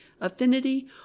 affinity